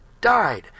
died